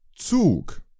Zug